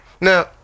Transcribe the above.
Now